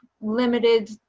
limited